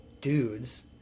dudes